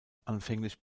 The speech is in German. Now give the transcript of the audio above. anfänglich